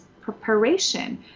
preparation